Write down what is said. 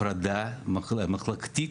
הפרדה מחלקתית.